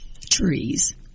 trees